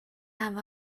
have